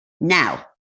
now